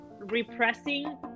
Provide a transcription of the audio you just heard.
repressing